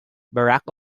barack